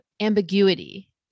ambiguity